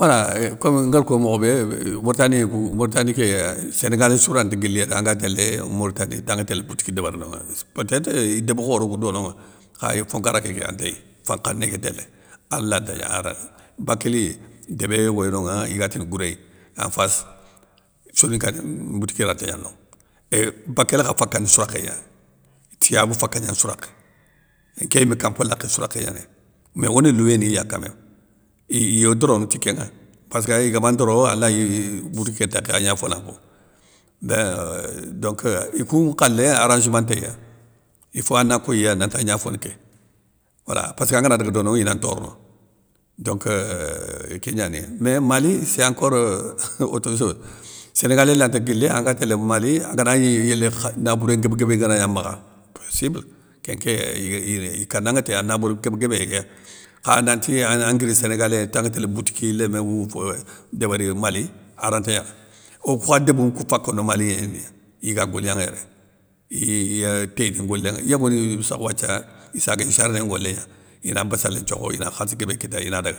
Wala euuh kom nguér ko mokho bé, mourtanien ni kou mourtanie ké sénégalé sou ranta guili yéré anga télé mourtanie tanŋa télé boutik débéri nonŋa éss peu tétre i déb khoro kou dononŋa, kha i fonkara kéké antéy, fankhané ké télé, alanté gnana arana, bakéli débé yogoya nonŋa igatini gouréy, en face soninka mboutiki ranta gna na nonŋa é bakél kha fakani sourakhé gna, tiyabou faka gnani sourakhé, nké yimé kan mpa lakhé sourakhé gnanéy, mé one louwéniya ka même, i iyo dorono ti kénŋa, passka ay igama ndoro alayi boutik ké tékhé agna fona mpo, béinn donc euuh ikoun nkhalé arrangeman ntéy, i fo ana koyiya nanti agna foni ké, wala passkeu angana daga dono, ina ntorona donc euuhh kégnani. Mé mali, sé encore euuh otre soze, sénégalé lanta guili anga télé mali, agagni yéli kha nabouré guéb guébé ngana gna makha posssible kén ké ikanaŋa ti an nabour guéb guébé kéya, kha nanti anguiri sénégalien tanŋe télé boutiki lémé nŋwoufeu débéri mali, aranta gnana okou kha débou kou fakona malieni gna iga golignanŋa yéré, iii iya téni ngolignanŋa, yogoni dou sakh wathia, issagué jardin ngolé gna, ina bassalé nthiokho ina khalssi guébé kita ina daga,